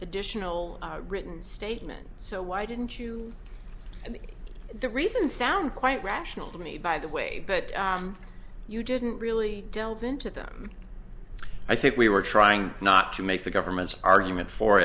additional written statement so why didn't you and the reason sound quite rational to me by the way that you didn't really delve into them i think we were trying not to make the government's argument for